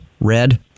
red